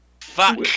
Fuck